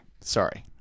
sorry